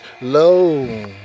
low